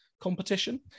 competition